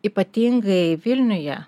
ypatingai vilniuje